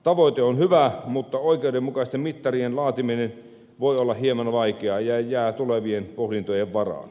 tavoite on hyvä mutta oikeudenmukaisten mittarien laatiminen voi olla hieman vaikeaa ja jää tulevien pohdintojen varaan